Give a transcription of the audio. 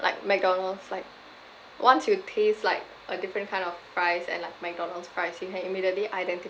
like McDonald's like once you taste like a different kind of fries and like mcdonald's fries you can immediately identify